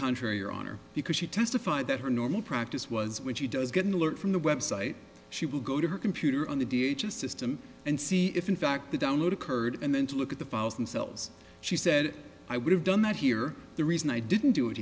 contrary your honor because she testified that her normal practice was when she does get an alert from the website she will go to her computer on the d h a system and see if in fact the download occurred and then to look at the files themselves she said i would have done that here the reason i didn't do it